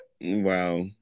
Wow